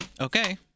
Okay